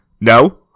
No